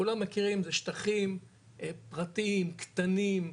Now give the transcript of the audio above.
כולם מכירים אלו שטחים פרטיים, קטנים,